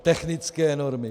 Technické normy.